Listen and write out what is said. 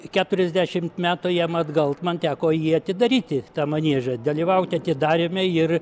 keturiasdešimt metų jam atgal man teko jį atidaryti tą maniežą dalyvauti atidaryme ir